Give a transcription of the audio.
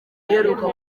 iheruka